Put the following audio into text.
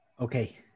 Okay